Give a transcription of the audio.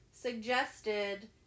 suggested